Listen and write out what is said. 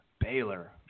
Baylor